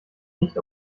nicht